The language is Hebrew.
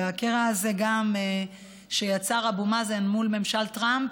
וגם הקרע הזה שיצר אבו מאזן מול ממשל טראמפ